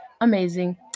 Amazing